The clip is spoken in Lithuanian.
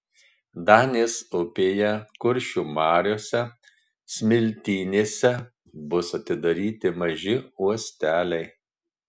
danės upėje kuršių mariose smiltynėse bus atidaryti maži uosteliai